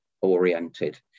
oriented